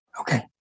Okay